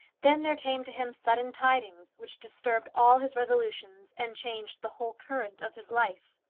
then there came to him suddenly tidings which disturbed all his resolutions, and changed the whole current of his life.